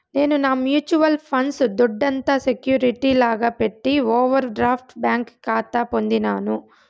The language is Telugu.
నేను నా మ్యూచువల్ ఫండ్స్ దొడ్డంత సెక్యూరిటీ లాగా పెట్టి ఓవర్ డ్రాఫ్ట్ బ్యాంకి కాతా పొందినాను